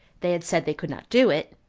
they had said they could not do it,